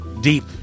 deep